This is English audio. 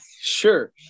sure